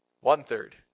one-third